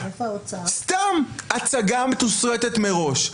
סתם הצגה מתוסרטת מראש.